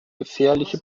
gefährliche